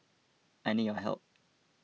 I need your help